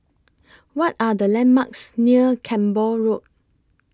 What Are The landmarks near Camborne Road